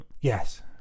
yes